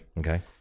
Okay